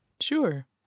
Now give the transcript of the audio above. Sure